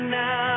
now